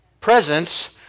presence